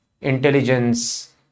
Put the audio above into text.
intelligence